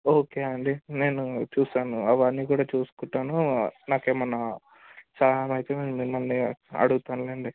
okay అండి నేను చూస్తాను అవి అన్నీ కూడా చూసుకుంటాను నాకు ఏమన్న సహాయం అయితే నేను మిమ్మల్ని అడుగుతానులేండి